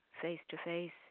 face-to-face